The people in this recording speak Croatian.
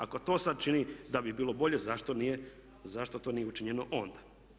Ako to sada čini da bi bilo bolje zašto to nije učinjeno onda?